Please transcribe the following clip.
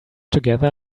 together